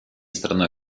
страной